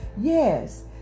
Yes